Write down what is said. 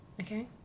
okay